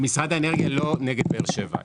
משרד האנרגיה לא נגד באר שבע.